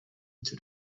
into